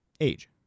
age